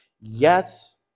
Yes